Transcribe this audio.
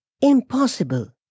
Impossible